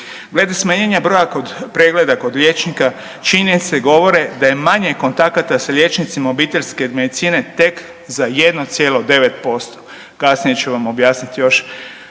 Glede smanjenja broja kod pregleda kod liječnika činjenice govore da je manje kontakata sa liječnicima obiteljske medicine tek za 1,9%, kasnije ću vam objasniti još